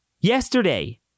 Yesterday